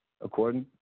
according